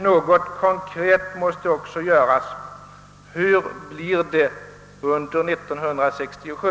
Något konkret måste också göras. Hur blir det under år 1967?